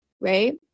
Right